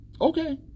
okay